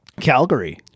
Calgary